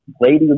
lady